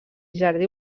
jardí